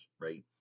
right